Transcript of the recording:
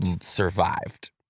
survived